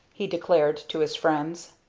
he declared to his friends.